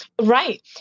Right